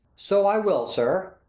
so i will, sir.